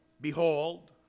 behold